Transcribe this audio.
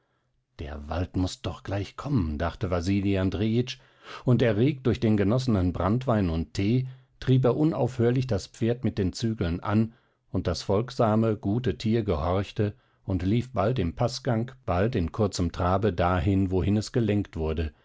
der wald muß doch gleich kommen dachte wasili andrejitsch und erregt durch den genossenen branntwein und tee trieb er unaufhörlich das pferd mit den zügeln an und das folgsame gute tier gehorchte und lief bald im paßgang bald in kurzem trabe dahin wohin es gelenkt wurde